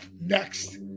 Next